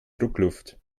druckluft